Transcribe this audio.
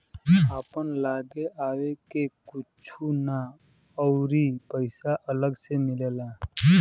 आपन लागे आवे के कुछु ना अउरी पइसा अलग से मिलेला